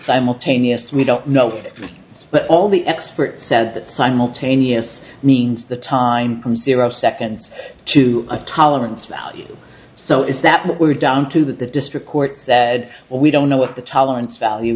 simultaneous we don't know but all the experts said that simultaneous means the time from zero seconds to a tolerance value so is that what we're down to the district courts that we don't know what the tolerance value